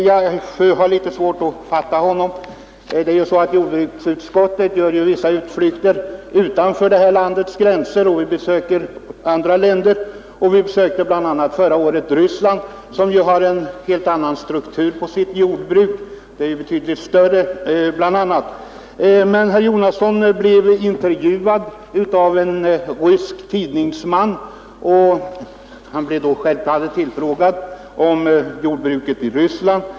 Jag har litet svårt att fatta vad han menade. Jordbruksutskottet gör ju vissa utflykter utanför vårt lands gränser. Vi besökte förra året Ryssland, som har en helt annan struktur på sitt jordbruk med bl.a. betydligt större brukningsenheter. Herr Jonasson blev då intervjuad av en rysk tidningsman och blev tillfrågad vad han ansåg om jordbruket i Ryssland.